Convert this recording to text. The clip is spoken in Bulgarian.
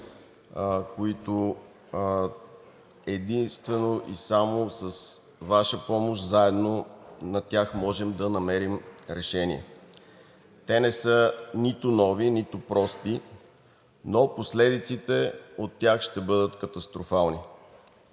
които единствено и само с Ваша помощ заедно можем да намерим решение. Те не са нито нови, нито прости, но последиците от тях ще бъдат катастрофални.